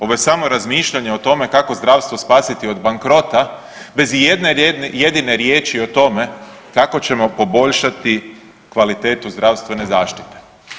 Ovo je samo razmišljanje o tome kako zdravstvo spasiti od bankrota bez ijedne jedine riječi o tome kako ćemo poboljšati kvalitetu zdravstvene zaštite.